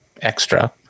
extra